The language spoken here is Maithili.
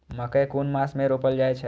मकेय कुन मास में रोपल जाय छै?